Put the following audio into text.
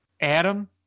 Adam